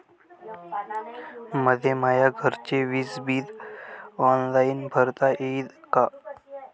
मले माया घरचे विज बिल ऑनलाईन भरता येईन का?